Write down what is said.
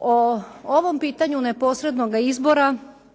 O ovom pitanju neposrednoga izbora